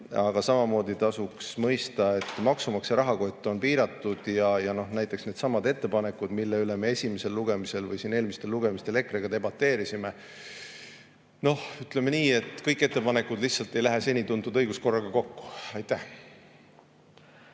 Aga samamoodi tasuks mõista, et maksumaksja rahakott on piiratud. Näiteks needsamad ettepanekud, mille üle me esimesel lugemisel või eelmistel lugemistel EKRE‑ga debateerisime – ütleme nii, et kõik ettepanekud lihtsalt ei lähe senituntud õiguskorraga kokku. Peeter